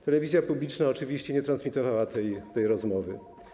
Telewizja publiczna oczywiście nie transmitowała tej rozmowy.